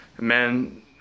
men